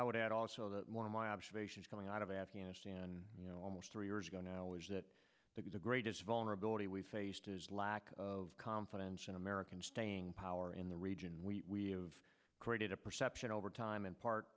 i would add also that one of my observations coming out of afghanistan you know almost three years ago now is that the greatest vulnerability we've faced is lack of confidence in american staying power in the region we have created a perception over time in par